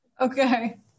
Okay